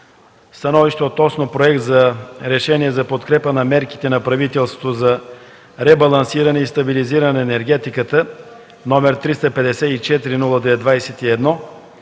„СТАНОВИЩЕ относно Проект за решение за подкрепа на мерките на правителството за ребалансиране и стабилизиране на енергетиката, № 354-02-21,